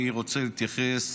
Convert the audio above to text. אני רוצה להתייחס